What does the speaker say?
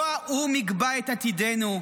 לא האו"ם יקבע את עתידנו,